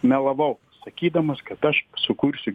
melavau sakydamas kad aš sukursiu